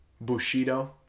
Bushido